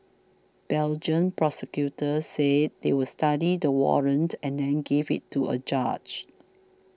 Belgian prosecutors said they would study the warrant and then give it to a judge